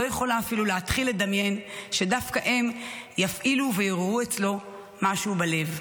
לא יכולה אפילו להתחיל לדמיין שדווקא הם יפעילו ויעוררו אצלו משהו בלב.